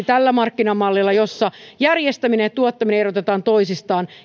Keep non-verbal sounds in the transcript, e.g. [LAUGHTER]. [UNINTELLIGIBLE] tällä markkinamallilla jossa järjestäminen ja tuottaminen erotetaan toisistaan